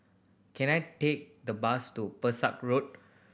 can I take the bus to Pesek Road